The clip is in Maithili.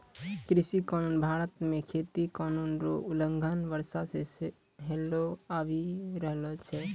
कृषि कानून भारत मे खेती कानून रो उलंघन वर्षो से होलो आबि रहलो छै